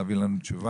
להביא לנו תשובה.